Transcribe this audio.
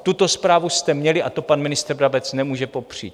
Tuto zprávu jste měli a to pan ministr Brabec nemůže popřít.